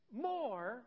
more